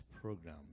program